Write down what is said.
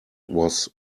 was